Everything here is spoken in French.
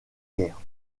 guerre